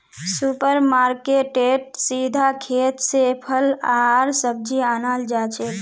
super मार्केटेत सीधा खेत स फल आर सब्जी अनाल जाछेक